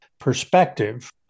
Perspective